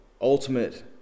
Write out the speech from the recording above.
ultimate